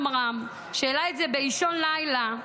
עמרם שהעלה את זה באישון לילה,